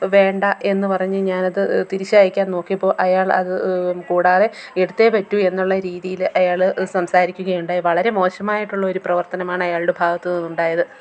വേണ്ട എന്ന് പറഞ്ഞ് ഞാനത് തിരിച്ചയക്കാൻ നോക്കിയപ്പോൾ അയാൾ അത് കൂടാതെ എടുത്തെ പറ്റൂ എന്നുള്ള രീതിയിൽ അയാൾ സംസാരിക്കുകയുണ്ടായി വളരെ മോശമായിട്ടുള്ളൊരു പ്രവർത്തനമാണ് അയാളുടെ ഭാഗത്ത് നിന്നുണ്ടായത്